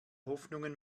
hoffnungen